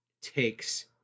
takes